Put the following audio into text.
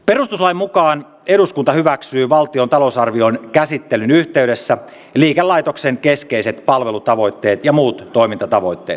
perustuslain mukaan eduskunta hyväksyy valtion talousarvion käsittelyn yhteydessä liikelaitoksen keskeiset palvelutavoitteet ja muut toimintatavoitteet